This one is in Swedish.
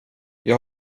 jag